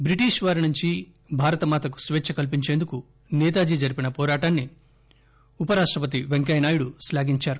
British వారి నుంచి భారతమాతకు స్వేచ్చ కల్పించేందుకు సేతాజీ జరిపిన పోరాటాన్ని ఉప రాష్టపతి వెంకయ్యనాయుడు క్లాఘించారు